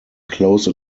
close